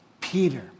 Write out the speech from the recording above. Peter